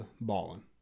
Ballin